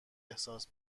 احساس